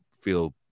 feel